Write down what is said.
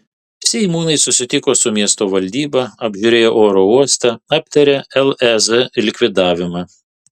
seimūnai susitiko su miesto valdyba apžiūrėjo oro uostą aptarė lez likvidavimą